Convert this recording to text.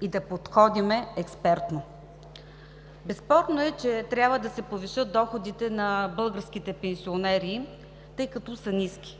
и да подходим експертно. Безспорно е, че трябва да се повишат доходите на българските пенсионери, тъй като са ниски,